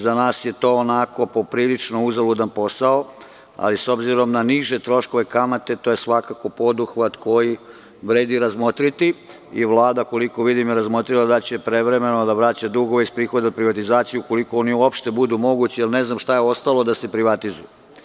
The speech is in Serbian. Za nas je to poprilično uzaludan posao, ali, s obzirom na niže troškove kamate, to je svakako poduhvat koji vredi razmotriti i Vlada je, koliko vidim, razmotrila da će prevremeno da vraća dugove iz prihoda privatizacije, ukoliko oni uopšte budu mogući, jer ne znam šta je ostalo da se privatizuje.